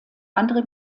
andere